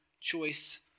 choice